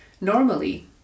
Normally